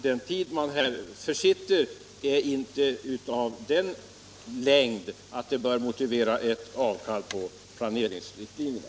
Den tid man här försitter är inte av den längden att det bör motivera ett avkall på planeringen.